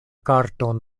karton